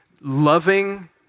loving